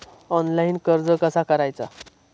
Online कर्ज कसा करायचा?